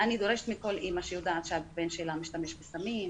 אני דורשת מכל אימא שיודעת שהבן שלה משתמש בסמים,